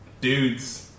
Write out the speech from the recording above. dudes